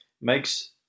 makes